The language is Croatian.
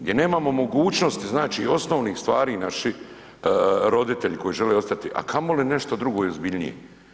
Gdje nemamo mogućnost znači osnovnih stvari naših, roditelji koji žele ostati, a kamoli nešto drugo i ozbiljnije.